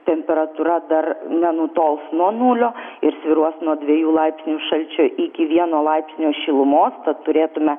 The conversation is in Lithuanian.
temperatūra dar nenutols nuo nulio ir svyruos nuo dviejų laipsnių šalčio iki vieno laipsnio šilumos tad turėtume